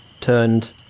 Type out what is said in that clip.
Turned